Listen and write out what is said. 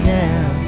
now